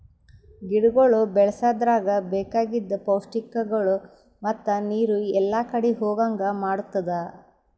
ಗಿಡಗೊಳ್ ಬೆಳಸದ್ರಾಗ್ ಬೇಕಾಗಿದ್ ಪೌಷ್ಟಿಕಗೊಳ್ ಮತ್ತ ನೀರು ಎಲ್ಲಾ ಕಡಿ ಹೋಗಂಗ್ ಮಾಡತ್ತುದ್